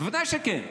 ודאי שכן.